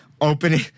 opening